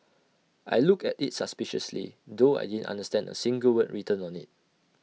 I looked at IT suspiciously though I didn't understand A single word written on IT